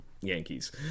Yankees